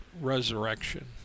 resurrection